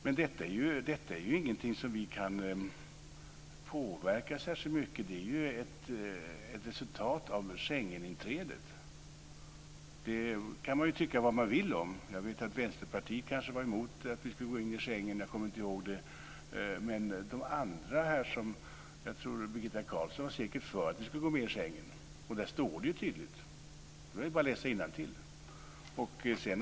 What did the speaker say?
Men detta är ingenting som vi kan påverka särskilt mycket. Det är ett resultat av Schengeninträdet. Det kan man tycka om vad man vill. Vänsterpartiet kanske var emot att vi skulle gå in i Schengen, men de andra? Birgitta Carlsson var säkert för att vi skulle gå med i Schengen. Det står tydligt där, det är bara att läsa innantill.